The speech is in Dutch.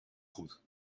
goed